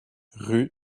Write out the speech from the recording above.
rue